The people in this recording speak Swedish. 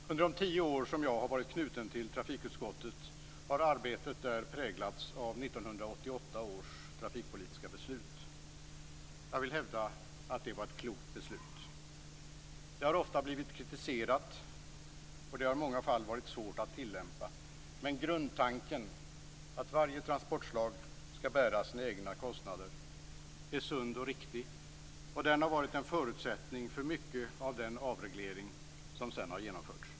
Fru talman! Under de tio år som jag har varit knuten till trafikutskottet har arbetet där präglats av 1988 års trafikpolitiska beslut. Jag vill hävda att det var ett klokt beslut. Det har ofta blivit kritiserat. Det har i många fall varit svårt att tillämpa, men grundtanken att varje trafikslag skall bära sina egna kostnader är sund och riktig. Det har varit en förutsättning för mycket av den avreglering som sedan har genomförts.